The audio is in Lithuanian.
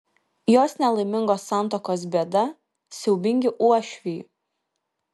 jos nelaimingos santuokos bėda siaubingi uošviai